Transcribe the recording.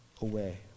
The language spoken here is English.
away